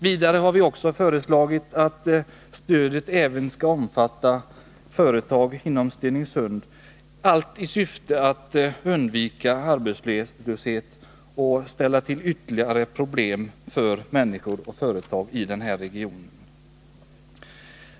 Vidare har vi föreslagit att stödet skall omfatta företag inom Stenungsund, allt i syfte att undvika arbetslöshet och ytterligare problem för människor och företag i regionen.